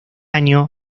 año